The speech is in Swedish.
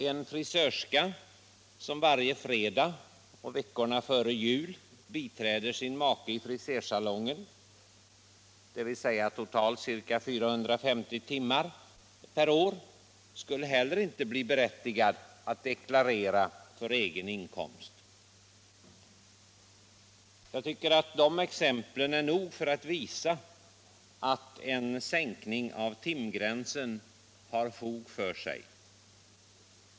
En frisörska, som varje fredag och veckorna före jul biträder sin make i frisersalongen, dvs. totalt ca 450 timmar per år, skulle heller inte bli berättigad att deklarera för egen inkomst. Jag tycker att dessa exempel är nog för att visa att kraven på en sänkning av timgränsen har fog för sig.